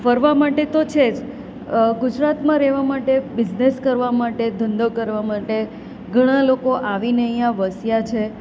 ફરવા માટે તો છે જ ગુજરાતમાં રહેવા માટે બિઝનેસ કરવા માટે ધંધો કરવા માટે ઘણાં લોકો આવીને અહીંયા વસ્યા છે